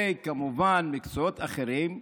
וכמובן במקצועות אחרים,